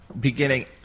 beginning